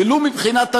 ולו מבחינת הנראות,